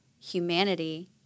humanity